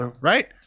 right